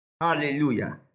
hallelujah